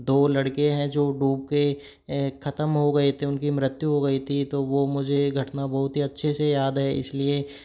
दो लड़के हैं जो डूब के ख़त्म हो गए थे उनकी मृत्यु हो गई थी तो वह मुझे यह घटना बहुत ही अच्छे से याद है इसलिए